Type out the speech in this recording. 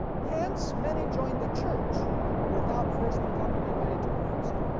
hence many join the church without first becoming united to christ.